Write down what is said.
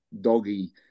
doggy